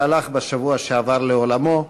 שהלך בשבוע שעבר לעולמו,